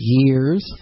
years